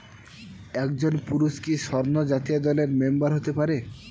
একজন পুরুষ কি স্বর্ণ জয়ন্তী দলের মেম্বার হতে পারে?